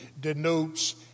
denotes